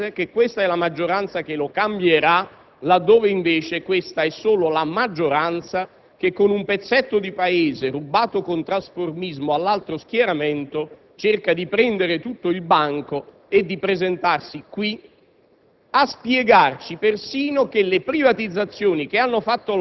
e oggi, in diretta televisiva, vorrebbero spiegare al Paese che questa è la maggioranza che lo cambierà laddove, invece, questa è solo la maggioranza che, con un pezzetto di Paese rubato con trasformismo all'altro schieramento, cerca di prendere tutto il banco e di presentarsi qui